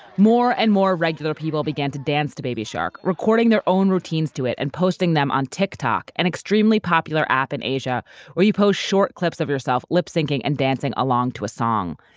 more and more regular people began to dance to baby shark, recording their own routines to it, and posting them on tik tok, an extremely popular app in asia where you post short clips of yourself lip-syncing and dancing along to a song.